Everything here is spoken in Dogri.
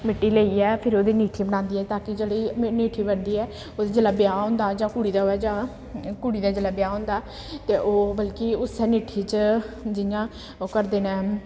मिट्टी लेइयै फिर ओह्दी ङीठी बनांदी ऐ ताकि जेह्ड़ी ङीठी बनदी ऐ ओह्दे च जेल्लै ब्याह् होंदा जां कुड़ी दा होऐ जां कुड़ी दा जेल्लै ब्याह् होंदा ते ओह् बल्कि उस्सै ङीठी च जि'यां ओह् करदे न